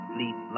Sleep